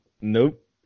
Nope